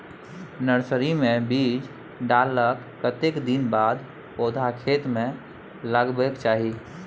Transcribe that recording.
Nursery मे बीज डाललाक कतेक दिन के बाद पौधा खेत मे लगाबैक चाही?